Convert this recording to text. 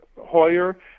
Hoyer